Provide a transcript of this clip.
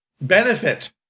benefit